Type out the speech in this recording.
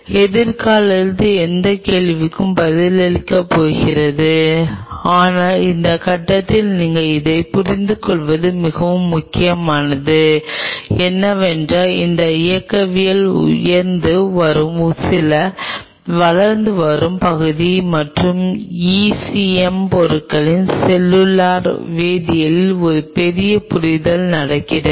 எதிர்காலத்தில் எந்த கேள்விகளுக்கு பதிலளிக்கப் போகிறது ஆனால் இந்த கட்டத்தில் நீங்கள் இதைப் புரிந்துகொள்வது மிகவும் முக்கியமானது என்னவென்றால் இந்த இயக்கவியல் உயர்ந்து வரும் சில வளர்ந்து வரும் பகுதிகள் மற்றும் ECM பொருட்களின் செல்லுலார் வேதியியலில் ஒரு பெரிய புரிதல் நடக்கிறது